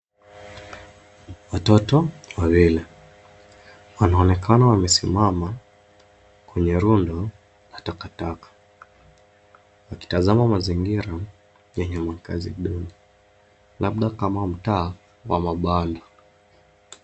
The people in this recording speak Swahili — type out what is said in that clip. Watoto wawili wanaonekana wamesimama kwenye rundo la, takatakwakitazama mazingira yenye makazi duni labda kama mtaa wa mabanda.